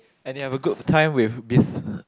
and you have a good time with biz